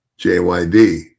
JYD